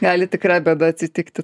gali tikra bėda atsitikti